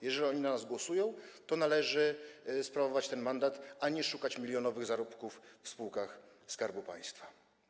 Jeżeli oni na nas głosują, to należy sprawować ten mandat, a nie szukać milionowych zarobków w spółkach Skarbu Państwa.